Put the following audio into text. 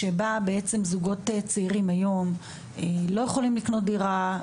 שבה זוגות צעירים לא יכולים לקנות דירה,